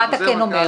מה אתה כן אומר.